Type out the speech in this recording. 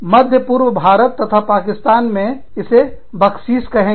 मध्य पूर्व भारत तथा पाकिस्तान में आप इसे बक्शीश कहेंगे